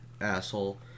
asshole